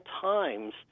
times